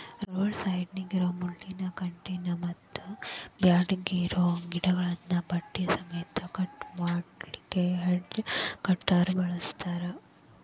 road ಸೈಡ್ನ್ಯಾಗಿರೋ ಮುಳ್ಳಿನ ಕಂಟಿಗಳನ್ನ ಮತ್ತ್ ಬ್ಯಾಡಗಿರೋ ಗಿಡಗಳನ್ನ ಬಡ್ಡಿ ಸಮೇತ ಕಟ್ ಮಾಡ್ಲಿಕ್ಕೆ ಹೆಡ್ಜ್ ಕಟರ್ ಬಳಸ್ತಾರ